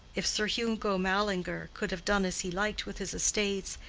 if sir hugo mallinger could have done as he liked with his estates,